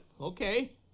Okay